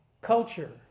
culture